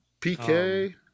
pk